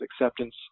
acceptance